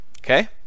Okay